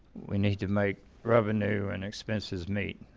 we need to make revenue and expenses meet